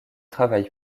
travaille